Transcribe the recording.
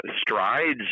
strides